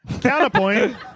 Counterpoint